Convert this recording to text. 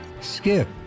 skip